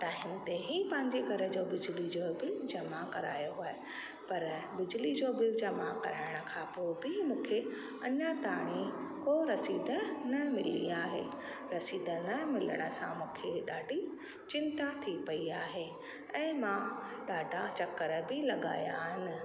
time ते ई पंहिंजे घर जो बिजली जो बिल जमा करायो आहे पर बिजली जो बिल जमा कराइण खां पोइ बि मूंखे अञा ताणी को रसीद न मिली आहे रसीद न मिलण सां मूंखे ॾाढी चिंता थी पई आहे ऐं मां ॾाढा चकर बि लॻाया आहिनि